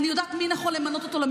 אני יודעת את מי נכון למנות למחוזי.